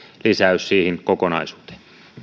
lisäys siihen kokonaisuuteen